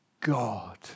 God